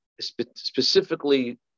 specifically